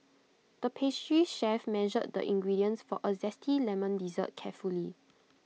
the pastry chef measured the ingredients for A Zesty Lemon Dessert carefully